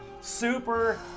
Super